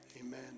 amen